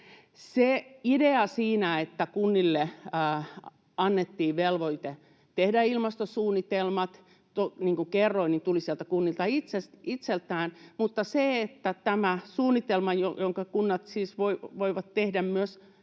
Se idea siinä, että kunnille annettiin velvoite tehdä ilmastosuunnitelmat, niin kuin kerroin, tuli sieltä kunnilta itseltään, mutta tämä suunnitelma, jonka kunnat siis voivat tehdä myös